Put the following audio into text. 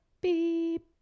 beep